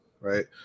right